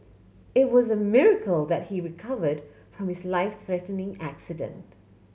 it was a miracle that he recovered from his life threatening accident